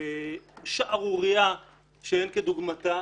שערורייה שאין כדוגמתה.